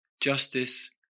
justice